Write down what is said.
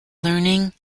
learning